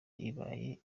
ibaye